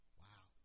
wow